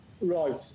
Right